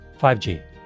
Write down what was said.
5G